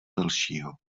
dalšího